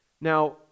Now